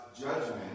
judgment